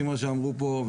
כמו שאמרו פה,